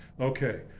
Okay